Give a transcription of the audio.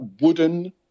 wooden